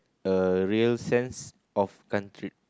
a real sense of country